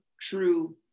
true